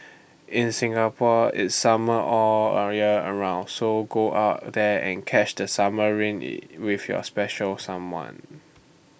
in Singapore it's summer all A year around so go out there and catch that summer rain with your special someone